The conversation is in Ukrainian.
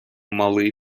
малий